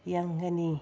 ꯌꯥꯡꯒꯅꯤ